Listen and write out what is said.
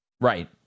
Right